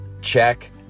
check